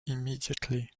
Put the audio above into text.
immediately